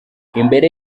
imbere